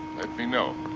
let me know.